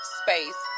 space